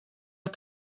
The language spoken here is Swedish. att